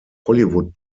hollywood